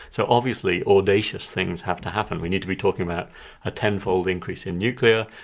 so obviously audacious things have to happen. we need to be talking about a ten-fold increase in nuclear,